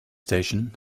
station